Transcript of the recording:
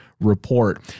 report